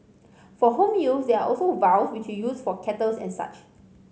for home use there are also vials which you use for kettles and such